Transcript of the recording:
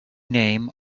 name